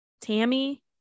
tammy